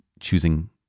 choosing